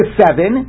seven